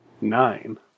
Nine